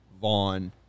Vaughn